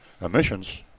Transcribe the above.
emissions